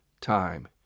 time